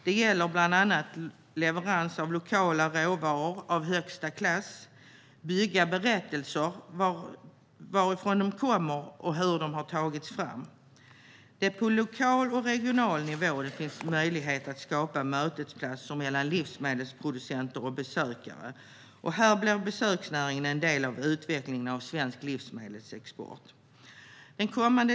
Det gäller bland annat leverans av lokala råvaror av högsta klass och att bygga berättelser om varifrån de kommer och hur de har tagits fram. Det är på lokal och regional nivå det finns möjlighet att skapa mötesplatser mellan livsmedelsproducenter och besökare. Här blir besöksnäringen en del av utvecklingen av svensk livsmedelsexport.